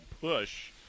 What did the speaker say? push